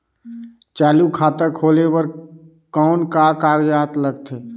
चालू खाता खोले बर कौन का कागजात लगथे?